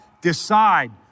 decide